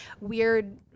weird